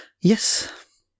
Yes